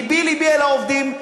לבי-לבי על העובדים,